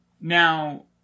now